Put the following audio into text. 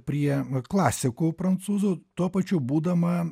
prie klasikų prancūzų tuo pačiu būdama